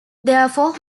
therefore